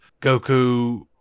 Goku